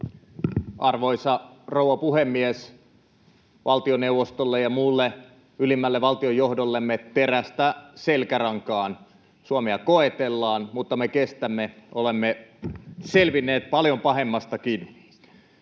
Arvoisa rouva puhemies! Valtioneuvostolle ja muulle ylimmälle valtionjohdollemme: terästä selkärankaan! Suomea koetellaan, mutta me kestämme, olemme selvinneet paljon pahemmastakin.